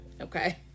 Okay